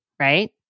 Right